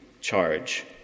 charge